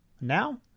Now